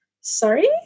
sorry